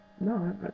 No